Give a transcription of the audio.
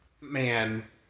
man